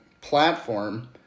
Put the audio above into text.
platform